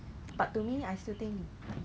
during school like polytechnic days